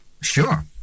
Sure